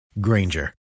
Granger